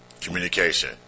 communication